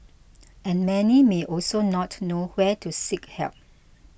and many may also not know where to seek help